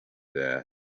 there